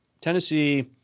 Tennessee